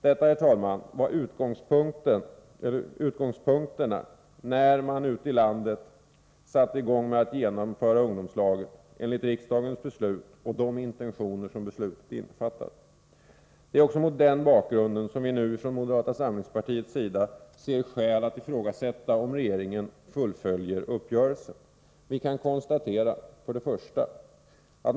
Detta, herr talman, var utgångspunkterna när man ute i landet satte i gång med att genomföra ungdomslagen enligt riksdagens beslut och de intentioner som beslutet innefattar. Det är också mot den bakgrunden som vi från moderata samlingspartiet nu ser skäl att ifrågasätta om regeringen fullföljer uppgörelsen. Vi kan konstatera: 1.